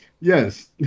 yes